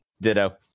ditto